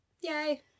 Yay